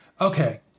Okay